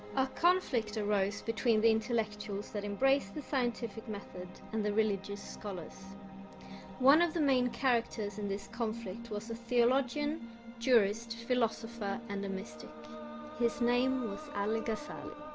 a conflict arose between the intellectuals that embrace the scientific method and the religious scholars one of the main characters in this conflict was a theologian jurist philosopher and a mystic his name al-ghazali